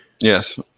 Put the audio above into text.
Yes